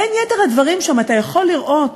בין יתר הדברים שם אתה יכול לראות,